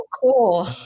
cool